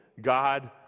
God